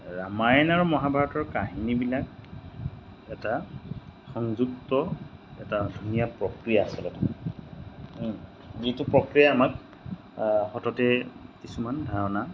ৰামায়ণ আৰু মহাভাৰতৰ কাহিনীবিলাক এটা সংযুক্ত এটা ধুনীয়া প্ৰক্ৰিয়া আচলতে যিটো প্ৰক্ৰিয়া আমাক সততে কিছুমান ধাৰণা